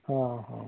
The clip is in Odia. ହଁ ହଁ